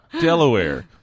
Delaware